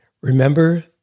Remember